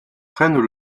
prennent